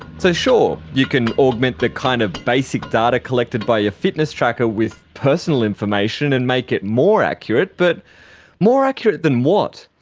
so, sure, you can augment the kind of basic data collected by your fitness tracker with personal information, and make it more accurate. but more accurate than what?